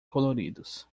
coloridos